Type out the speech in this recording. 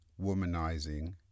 womanizing